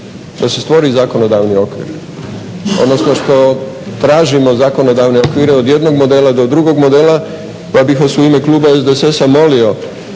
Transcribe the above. da se stvori zakonodavni okvir, odnosno što tražimo zakonodavne okvire od jednog modela do drugog modela pa bih vas u ime kluba SDSS-a molio